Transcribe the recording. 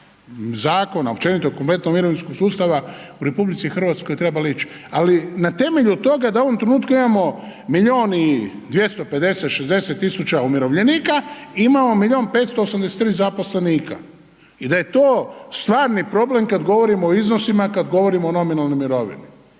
zakona općenito kompletnog mirovinskog sustava u RH trebale ići. Ali na temelju toga da u ovom trenutku imamo milion i 250, 60 tisuća umirovljenika i imamo milion 583 zaposlenika. I da je to stvarni problem kad govorimo o iznosima, kad govorimo o nominalnoj mirovini.